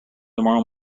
tomorrow